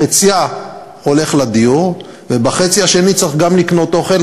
חציה הולך לדיור ובחצי השני צריך גם לקנות אוכל,